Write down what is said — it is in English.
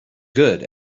good